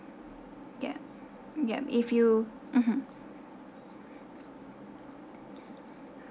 yeah yeah if you mmhmm